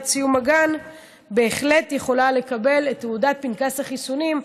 סיום הגן בהחלט יכולה לקבל את פנקס החיסונים,